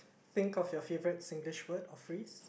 think of your favourite Singlish word or phrase